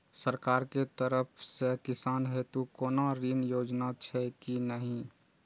सरकार के तरफ से किसान हेतू कोना ऋण योजना छै कि नहिं?